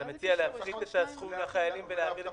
אתה מציע להפחית את הסכום לחיילים ולהעביר לביטחון תזונתי?